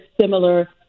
similar